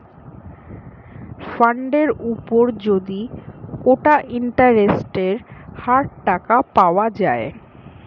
ফান্ডের উপর যদি কোটা ইন্টারেস্টের হার টাকা পাওয়া যায়